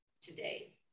today